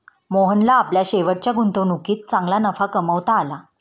मोहनला आपल्या शेवटच्या गुंतवणुकीत चांगला नफा कमावता आला